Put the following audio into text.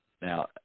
Now